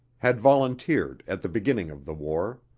had volunteered at the beginning of the war.